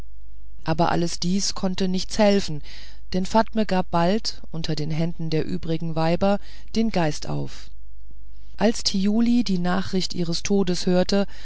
aber alles dies konnte nichts helfen denn fatme gab bald unter den händen der übrigen weiber den geist auf als thiuli die nachricht ihres todes hörte